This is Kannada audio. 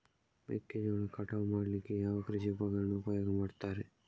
ಮೆಕ್ಕೆಜೋಳ ಕಟಾವು ಮಾಡ್ಲಿಕ್ಕೆ ಯಾವ ಕೃಷಿ ಉಪಕರಣ ಉಪಯೋಗ ಮಾಡ್ತಾರೆ?